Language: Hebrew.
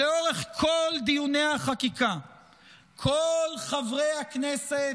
לאורך כל דיוני החקיקה כל חברי הכנסת